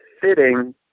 fitting